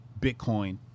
Bitcoin